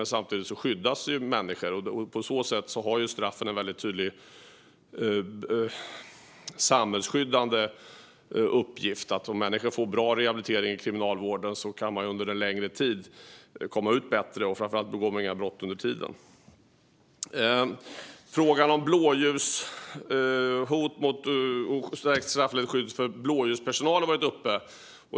Men samtidigt skyddas människor. På så sätt har straffen en tydlig samhällsskyddande uppgift. Om människor får bra rehabilitering i kriminalvården kan man efter en längre tid komma ut som en bättre människa. Framför allt begår man inga brott under tiden. Frågan om stärkt straffrättsligt skydd för blåljuspersonal har varit uppe.